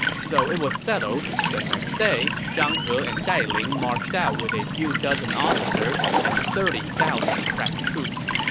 so it was settled. the next day, zhang he and dai ling marched out with a few dozen officers and thirty thousand crack troops.